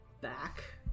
back